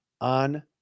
on